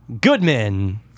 Goodman